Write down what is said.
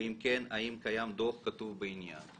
ואם כן, האם קיים דוח כתוב בעניין?